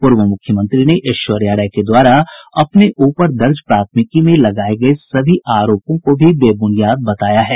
पूर्व मुख्यमंत्री ने ऐश्वर्या राय के द्वारा अपने ऊपर दर्ज प्राथमिकी में लगाये गये सभी आरोपों को भी बेब्रनियाद बताया है